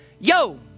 yo